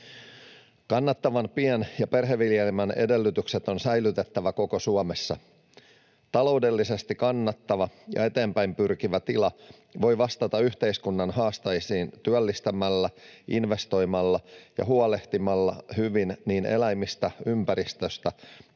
Kannattavan pien- ja perheviljelmän edellytykset on säilytettävä koko Suomessa. Taloudellisesti kannattava ja eteenpäin pyrkivä tila voi vastata yhteiskunnan haasteisiin työllistämällä, investoimalla ja huolehtimalla hyvin niin eläimistä, ympäristöstä